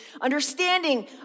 understanding